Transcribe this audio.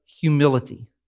humility